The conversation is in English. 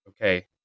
okay